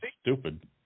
stupid